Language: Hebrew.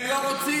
הם לא רוצים.